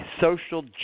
social